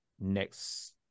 next